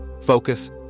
focus